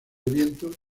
vientos